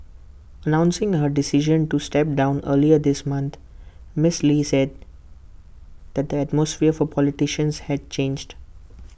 announcing her decision to step down earlier this month miss lee said the atmosphere for politicians had changed